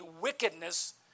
wickedness